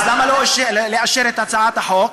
אז למה לא לאשר את הצעת החוק,